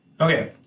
Okay